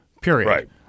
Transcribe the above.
Period